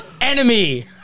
Enemy